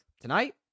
tonight